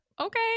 Okay